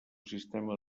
sistema